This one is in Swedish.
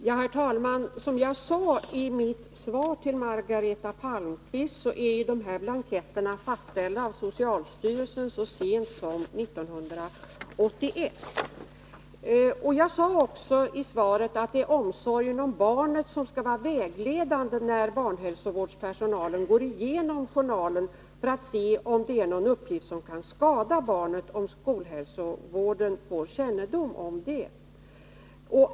Herr talman! Som jag sade i mitt svar till Margareta Palmqvist är dessa blanketter fastställda av socialstyrelsen så sent som 1981. Jag sade i svaret också att omsorgen om barnet skall vara vägledande, när barnhälsovårdens personal går igenom journalen för att se om det finns någon uppgift, som kan skada barnet om skolhälsovården får kännedom om den.